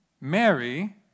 Mary